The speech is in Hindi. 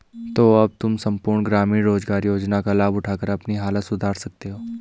तो अब तुम सम्पूर्ण ग्रामीण रोज़गार योजना का लाभ उठाकर अपनी हालत सुधार सकते हो